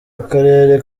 akarere